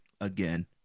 again